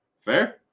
Fair